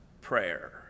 prayer